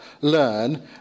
learn